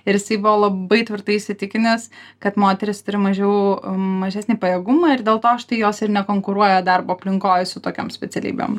ir jisai buvo labai tvirtai įsitikinęs kad moteris turi mažiau mažesnį pajėgumą ir dėl to štai jos ir nekonkuruoja darbo aplinkoj su tokiom specialybėm